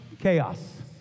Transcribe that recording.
Chaos